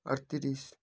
আটতিরিশ